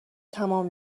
تمام